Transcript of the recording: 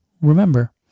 Remember